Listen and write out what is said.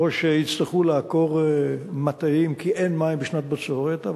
או שיצטרכו לעקור מטעים כי אין מים בשנת בצורת.